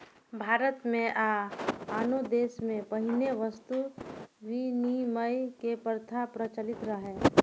भारत मे आ आनो देश मे पहिने वस्तु विनिमय के प्रथा प्रचलित रहै